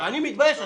אני מתבייש.